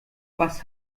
was